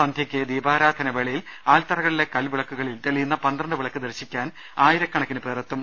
സന്ധ്യയ്ക്ക് ദീപാരാധന വേളയിൽ ആൽത്തറകളിലെ കൽവിളക്കുകളിൽ തെളിയുന്ന പന്ത്രണ്ട് വിളക്ക് ദർശിക്കാൻ ആയിരക്കണക്കിന് പേർ എത്തും